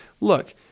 look